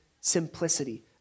simplicity